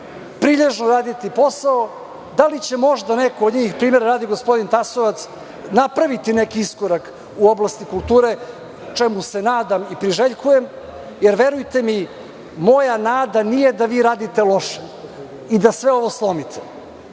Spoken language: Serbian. prilježno raditi posao, da li će možda neko od njih, i primera radi, gospodin Tasovac napraviti neki iskorak u oblasti kulture, čemu se nadam i priželjkujem, jer verujte mi moja nada nije da vi radite loše i da sve ovo slomite,